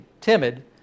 timid